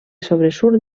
sobresurt